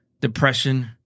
depression